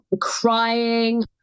crying